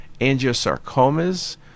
angiosarcomas